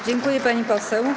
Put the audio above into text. Dziękuję, pani poseł.